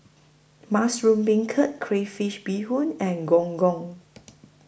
Mushroom Beancurd Crayfish Beehoon and Gong Gong